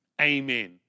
Amen